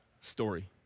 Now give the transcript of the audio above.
story